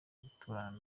guturana